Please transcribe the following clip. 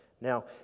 Now